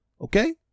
Okay